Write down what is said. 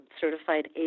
certified